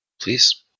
please